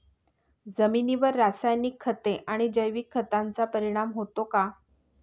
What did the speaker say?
जमिनीवर रासायनिक खते आणि जैविक खतांचा परिणाम होतो का?